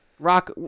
Rock